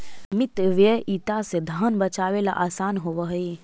मितव्ययिता से धन बचावेला असान होवऽ हई